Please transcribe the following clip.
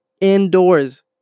indoors